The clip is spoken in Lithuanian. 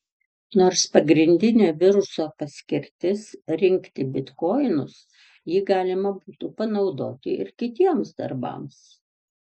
nors pagrindinė viruso paskirtis rinkti bitkoinus jį galima būtų panaudoti ir kitiems darbams